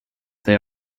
they